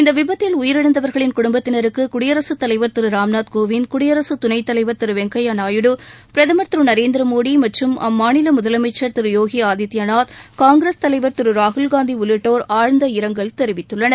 இந்த விபத்தில் உயிரிழந்தவர்களின் குடுப்பத்தினருக்கு குடியரசுத் தலைவர் திரு ராம்நாத் கோவிந்த் குடியரசு துணைத்தலைவா் திரு வெங்கையா நாயுடு பிரதமா் திரு நரேந்திரமோடி மற்றும் அம்மாநில முதலமைச்ச் திரு யோகி ஆதித்யநாத் காங்கிரஸ் தலைவர் திரு ராகுல்காந்தி உள்ளிட்டோர் ஆழ்ந்த இரங்கல் தெரிவித்துள்ளனர்